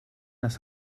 las